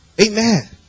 Amen